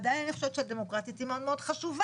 עדיין אני חושבת שהדמוקרטית היא מאוד מאוד חשובה.